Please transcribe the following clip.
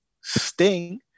sting